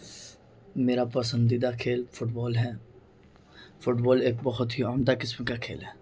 میرا پسندیدہ کھیل فٹ بال ہے فٹ بال ایک بہت ہی عمدہ قسم کا کھیل ہے